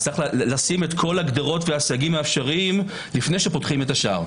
יש לשים את כל הגדרות והסייגים האפשריים לפני שפותחים את השער.